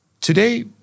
Today